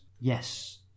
yes